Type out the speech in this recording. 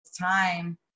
time